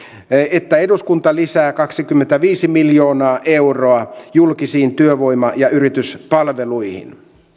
että eduskunta lisää kaksikymmentäviisi miljoonaa euroa julkisiin työvoima ja yrityspalveluihin